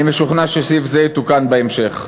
אני משוכנע שסעיף זה יתוקן בהמשך.